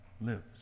lives